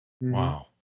Wow